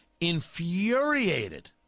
infuriated